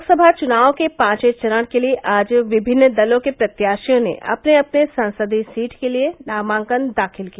लोकसभा चुनाव क पाचवें चरण के लिये आज विभिन्न दलों के प्रत्याशियों ने अपने अपने संसदीय सीट के लिये नामांकन दाखिल किया